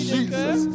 Jesus